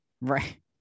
Right